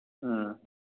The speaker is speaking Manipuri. ꯑꯥ